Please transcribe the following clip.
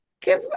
Give